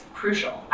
crucial